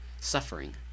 suffering